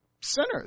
sinners